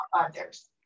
others